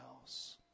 house